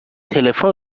تلفن